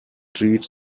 treat